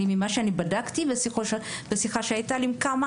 ממה שאני בדקתי בשיחות שהיו לי עם כמה,